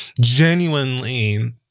genuinely